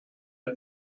ein